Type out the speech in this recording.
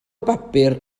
bapur